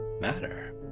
matter